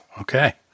okay